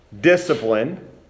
discipline